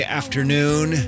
afternoon